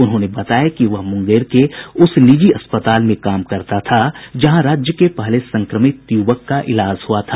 उन्होंने बताया कि वह मुंगेर के उस निजी अस्पताल में काम करता था जहां राज्य के पहले संक्रमित युवक का इलाज हुआ था